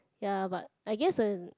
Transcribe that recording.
ya but I guess in